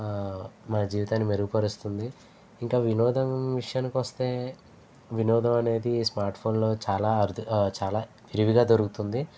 మన జీవితాన్ని మెరుగుపరుస్తుంది ఇంకా వినోదం విషయానికి వస్తే వినోదం అనేది స్మార్ట్ ఫోన్లో చాలా అరుదుగా చాలా విరివిగా దొరుకుతుంది